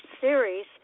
series